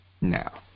now